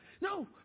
No